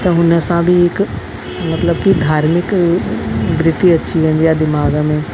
त हुन सां बि हिकु मतिलब की धार्मिक गृति अची वेंदी आहे दीमाग़ु में